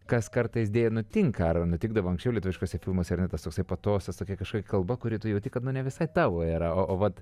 kas kartais deja nutinka ar nutikdavo anksčiau lietuviškuose filmuose ar ne tas toksai patosas tokia kažkokia kalba kuri tu jauti kad nu nevisai tavo yra o vat